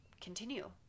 continue